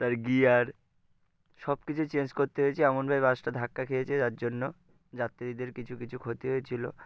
তার গিয়ার সব কিছুই চেঞ্জ করতে হয়েছে এমনভাই বাসটা ধাক্কা খেয়েছে যার জন্য যাত্রীদের কিছু কিছু ক্ষতি হয়েছিল